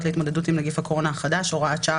להתמודדות עם נגיף הקורונה החדש (הוראת שעה),